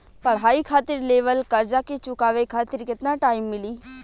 पढ़ाई खातिर लेवल कर्जा के चुकावे खातिर केतना टाइम मिली?